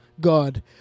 God